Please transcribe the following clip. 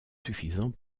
suffisants